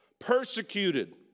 persecuted